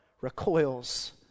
recoils